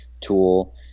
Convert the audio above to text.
tool